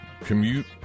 commute